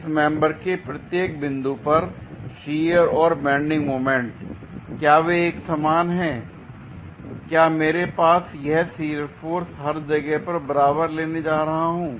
इस मेंबर के प्रत्येक बिंदु पर शियर और बेंडिंग मोमेंट l क्या वे एक समान हैं l क्या मेरे पास यह शियर फोर्स हर जगह पर बराबर लेने जा रहा हूं